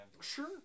sure